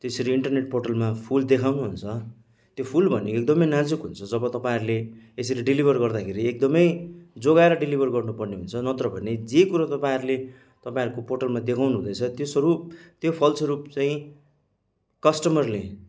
त्यसरी इन्टरनेट पोर्टलमा फुल देखाउनुहुन्छ त्यो फुल भन्ने एकदमै नाजुक हुन्छ जब तपाईँहरूले यसरी डिलिभर गर्दाखेरि एकदमै जोगाएर डिलिभर गर्नुपर्ने हुन्छ नत्र भने जे कुरो तपाईँहरूले तपाईँहरूको पोर्टलमा देखाउनुहुँदैछ त्यो स्वरूप त्यो फलस्वरूप चाहिँ कस्टमरले